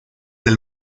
del